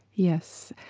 yes,